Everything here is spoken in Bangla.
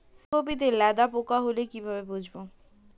ফুলকপিতে লেদা পোকা হলে কি ভাবে বুঝবো?